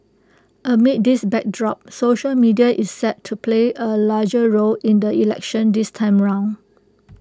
amid this backdrop social media is set to play A larger role in the election this time around